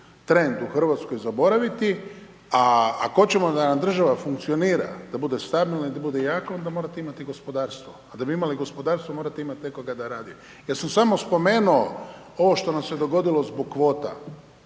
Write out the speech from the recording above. trend u Hrvatskoj zaboraviti, a ako hoćemo da nam država funkcionira, da bude stabilna i da bude jaka, onda morate imati gospodarstvo. A da bi imali gospodarstvo, morate imati nekoga da radi. Ja sam samo spomenuo ovo što nam se dogodilo zbog kvota,